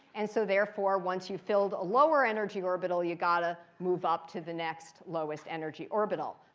and so therefore once you've filled a lower energy orbital, you've got to move up to the next lowest energy orbital.